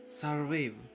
survive